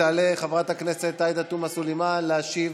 תעלה חברת הכנסת עאידה תומא סלימאן להשיב,